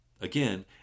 Again